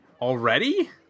already